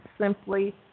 simply